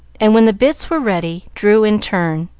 and when the bits were ready drew in turn.